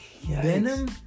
venom